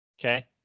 Okay